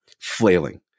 flailing